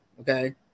okay